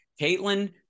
caitlin